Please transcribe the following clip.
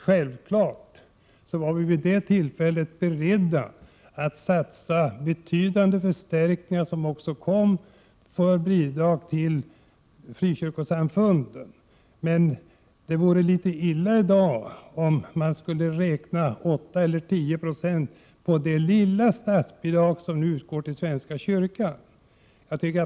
Självfallet var vi vid det tillfället beredda att satsa betydande förstärkningar när det gäller bidragen till frikyrkosamfunden. Dessa förstärkningar kom också till stånd. Det vore illa om man i dag skulle räkna med 8 eller 10 96 av det lilla statsbidrag som nu utgår till svenska kyrkan.